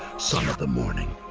son of the morning,